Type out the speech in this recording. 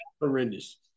horrendous